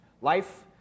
Life